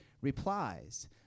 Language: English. replies